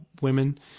women